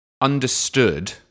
understood